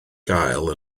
gael